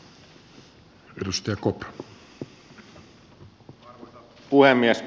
arvoisa puhemies